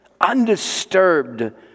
undisturbed